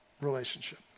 relationship